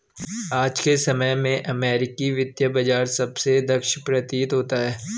आज के समय में अमेरिकी वित्त बाजार सबसे दक्ष प्रतीत होता है